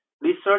research